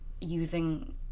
using